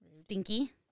Stinky